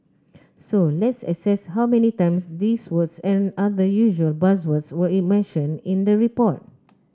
so let's assess how many times these words and other usual buzzwords were mentioned in the report